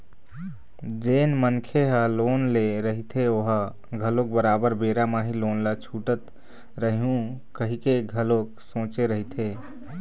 जेन मनखे ह लोन ले रहिथे ओहा घलोक बरोबर बेरा म ही लोन ल छूटत रइहूँ कहिके घलोक सोचे रहिथे